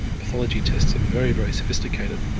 pathology tests are very, very sophisticated,